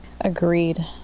Agreed